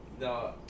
No